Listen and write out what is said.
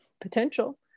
potential